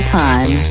time